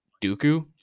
Dooku